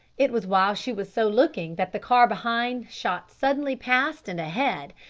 it was while she was so looking that the car behind shot suddenly past and ahead,